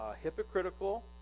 hypocritical